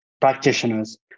practitioners